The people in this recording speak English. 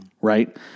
right